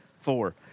four